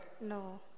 no